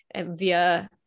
via